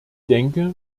denke